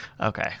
Okay